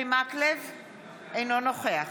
אינו נוכח